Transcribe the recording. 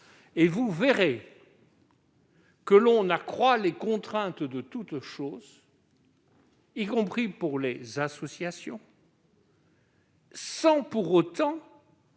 Vous verrez que l'on accroît les contraintes en toutes choses, y compris pour les associations, sans pour autant